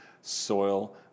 soil